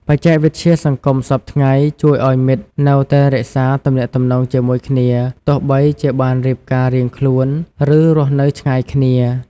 បច្ចេកវិទ្យាសង្គមសព្វថ្ងៃជួយឲ្យមិត្តនៅតែរក្សាទំនាក់ទំនងជាមួយគ្នា ទោះបីជាបានរៀបការរៀងខ្លួន ឬ រស់នៅឆ្ងាយគ្នា។